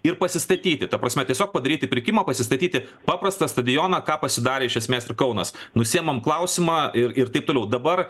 ir pasistatyti ta prasme tiesiog padaryti pirkimą pasistatyti paprastą stadioną ką pasidarė iš esmės ir kaunas nusiimam klausimą ir ir taip toliau dabar